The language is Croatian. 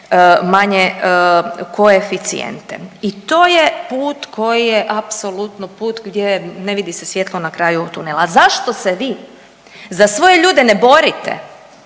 manje koeficijente i to je put koji je apsolutno put gdje ne vidi se svjetlo na kraju tunela. A zašto se vi za svoje ljude ne borite,